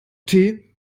tee